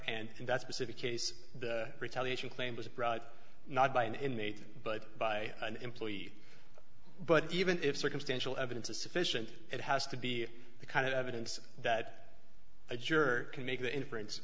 and that's pacific case the retaliation claim was brought not by an inmate but by an employee but even if circumstantial evidence is sufficient it has to be the kind of evidence that a juror can make the inf